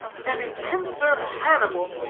an intenser hannibal,